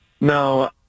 No